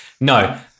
No